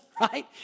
right